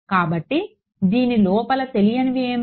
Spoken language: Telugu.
కాబట్టి దీని లోపల తెలియనివి ఏమిటి